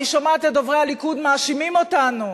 אני שומעת את דוברי הליכוד מאשימים אותנו